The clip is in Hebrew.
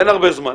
אין הרבה זמן,